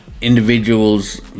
individuals